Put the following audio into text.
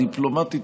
דיפלומטית,